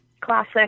classic